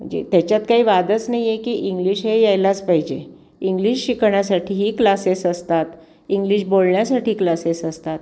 म्हणजे त्याच्यात काही वादच नाही आहे की इंग्लिश हे यायलाच पाहिजे इंग्लिश शिकण्यासाठीही क्लासेस असतात इंग्लिश बोलण्यासाठी क्लासेस असतात